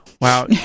Wow